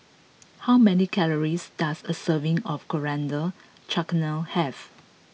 how many calories does a serving of Coriander Chutney have